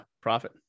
profit